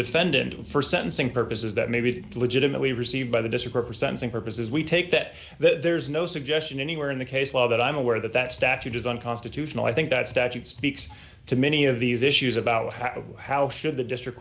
defendant for sentencing purposes that maybe legitimately received by the disappear for sensing purposes we take that that there's no suggestion anywhere in the case law that i'm aware that that statute is unconstitutional i think that statute speaks to many of these issues about how should the district